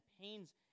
pains